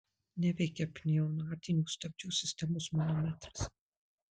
neveikia pneumatinių stabdžių sistemos manometras